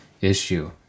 issue